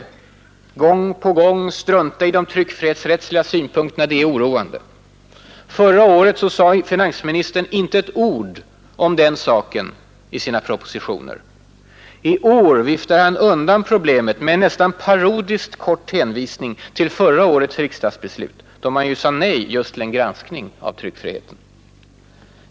Att man gång på gång struntar i de tryckfrihetsrättsliga synpunkterna är oroande. Förra året sade finansministern inte ett ord om den saken i sina propositioner. I år viftar han undan problemet med en nästan parodiskt kort hänvisning till förra årets riksdagsbeslut, då man ju sade nej just till en granskning av tryckfriheten.